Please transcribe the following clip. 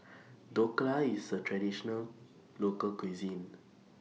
Dhokla IS A Traditional Local Cuisine